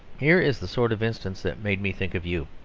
here is the sort of instance that made me think of you.